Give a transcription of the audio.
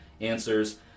answers